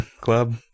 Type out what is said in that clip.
club